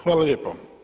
Hvala lijepo.